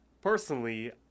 personally